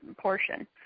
portion